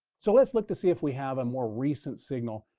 so let's look to see if we have a more recent signal.